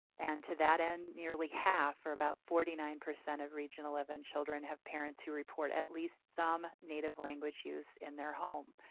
and to that end nearly half or about forty nine percent of region xi and children have parents who report at least some native language use in their home.